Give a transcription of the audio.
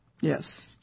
Yes